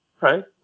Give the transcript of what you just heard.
right